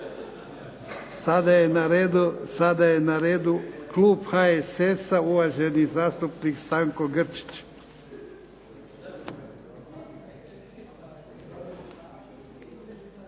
Sada je na redu klub HSS-a, uvaženi zastupnik Stanko Grčić.